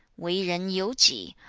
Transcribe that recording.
wei ren you ji,